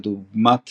כדוגמת